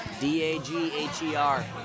D-A-G-H-E-R